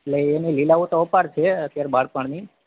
એટલે એમની લીલાઓ તો અપાર છે અત્યારે બાળપણની